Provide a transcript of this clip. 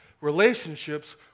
relationships